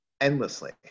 endlessly